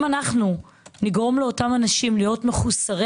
אם אנחנו נגרום לאותם אנשים להיות מחוסרי